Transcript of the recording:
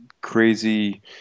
crazy